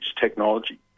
technology